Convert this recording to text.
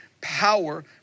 power